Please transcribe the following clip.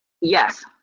Yes